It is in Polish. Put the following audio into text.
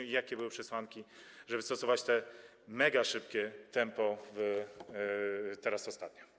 I jakie były przesłanki, żeby stosować to megaszybkie tempo teraz, ostatnio?